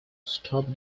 stop